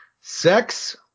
sex